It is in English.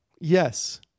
Yes